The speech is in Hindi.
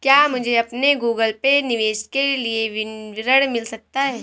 क्या मुझे अपने गूगल पे निवेश के लिए विवरण मिल सकता है?